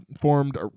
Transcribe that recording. formed